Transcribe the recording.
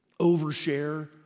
overshare